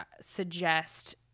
suggest